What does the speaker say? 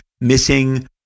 missing